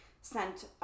sent